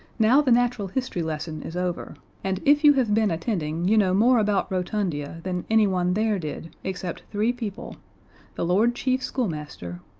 now the natural history lesson is over, and if you have been attending, you know more about rotundia than anyone there did, except three people the lord chief schoolmaster,